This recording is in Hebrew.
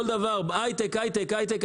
הזמן אומרים: הייטק, הייטק, הייטק.